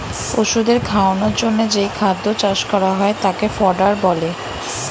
পশুদের খাওয়ানোর জন্যে যেই খাদ্য চাষ করা হয় তাকে ফডার বলে